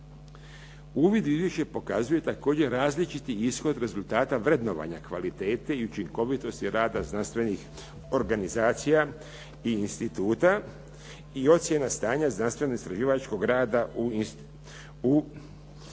Uvid u izvješće pokazuje također različiti ishod rezultata vrednovanja kvalitete i učinkovitosti rada znanstvenih organizacija i instituta i ocjena stanja znanstveno-istraživačkog rada u ustanovama